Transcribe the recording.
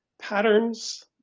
patterns